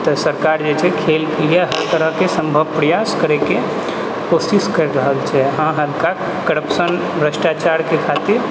तऽ सरकार जे छै खेलके लिए हर तरहके सम्भव प्रयास करैके कोशिश करि रहल छै आओर हुनका करप्शन भ्रष्टाचारके खातिर